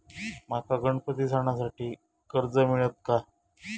माका गणपती सणासाठी कर्ज मिळत काय?